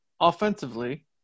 offensively